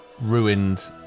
ruined